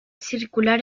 circular